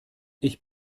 ich